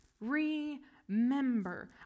remember